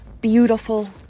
beautiful